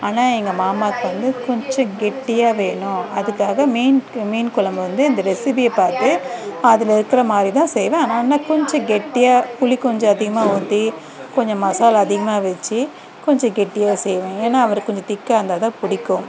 ஆனால் எங்கள் மாமாவுக்கு வந்து கொஞ்சம் கெட்டியாக வேணும் அதுக்காக மீன் மீன் குழம்ப வந்து அந்த ரெசிபியை பார்த்து அதில் இருக்கிற மாதிரி தான் செய்வேன் ஆனால் இன்னும் கொஞ்சம் கெட்டியாக புளி கொஞ்சம் அதிகமாக ஊற்றி கொஞ்சம் மசாலா அதிகமாக வச்சு கொஞ்சம் கெட்டியாக செய்வேன் ஏன்னால் அவருக்கு கொஞ்சம் திக்காக இருந்தால் தான் பிடிக்கும்